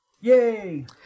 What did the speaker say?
Yay